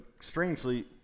strangely